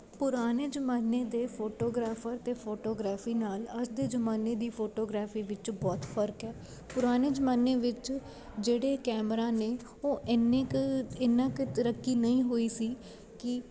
ਪੁਰਾਣੇ ਜ਼ਮਾਨੇ ਦੇ ਫੋਟੋਗ੍ਰਾਫਰ ਅਤੇ ਫੋਟੋਗ੍ਰਾਫੀ ਨਾਲ ਅੱਜ ਦੇ ਜ਼ਮਾਨੇ ਦੀ ਫੋਟੋਗ੍ਰਾਫੀ ਵਿੱਚ ਬਹੁਤ ਫਰਕ ਹੈ ਪੁਰਾਣੇ ਜ਼ਮਾਨੇ ਵਿੱਚ ਜਿਹੜੇ ਕੈਮਰਾ ਨੇ ਉਹ ਇੰਨੇ ਕੁ ਇੰਨਾਂ ਕੁ ਤਰੱਕੀ ਨਹੀਂ ਹੋਈ ਸੀ ਕਿ